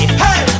hey